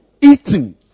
Eating